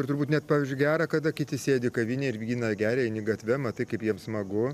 ir turbūt net pavyzdžiui gera kada kiti sėdi kavinėj ir vyną geria eini gatve matai kaip jiem smagu